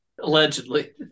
Allegedly